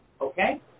okay